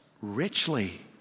richly